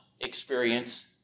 experience